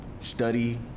study